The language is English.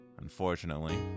unfortunately